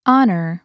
Honor